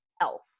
else